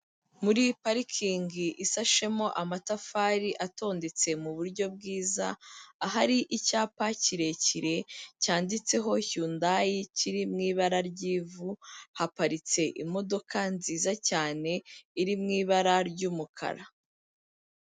Muri parikingi isashemo amatafari atondetse mu buryo bwiza, ahari icyapa kirekire cyanditseho Yundayi kiri mu ibara ry'ivu, haparitse imodoka nziza cyane iri mu ibara ry'umukara.